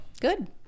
Good